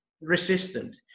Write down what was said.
resistant